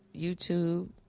YouTube